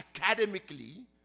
academically